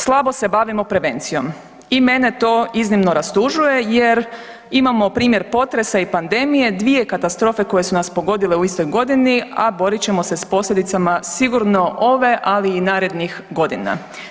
Slabo se bavimo prevencijom i mene to iznimno rastužuje jer imamo primjer potresa i pandemije dvije katastrofe koje su nas pogodile u istoj godini, a borit ćemo se sa posljedicama sigurno ove, ali i narednih godina.